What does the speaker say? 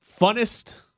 Funnest